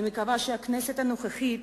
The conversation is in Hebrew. אני מקווה שהכנסת הנוכחית